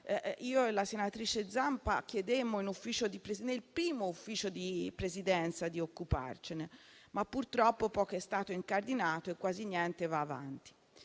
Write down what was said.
Io e la senatrice Zampa chiedemmo nel primo Ufficio di Presidenza di occuparcene, ma purtroppo poco è stato incardinato e quasi niente va avanti.